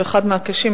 שהוא אחד מהקשים,